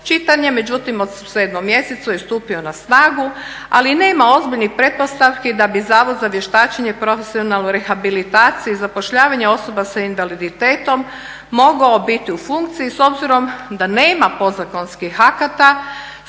čitanje međutim u 7. mjesecu je stupio na snagu ali nema ozbiljnih pretpostavki da bi Zavod za vještačenje i profesionalnu rehabilitaciju i zapošljavanje osoba sa invaliditetom mogao biti u funkciji s obzirom da nema podzakonskih akata.